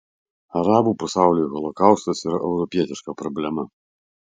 arabų pasauliui holokaustas yra europietiška problema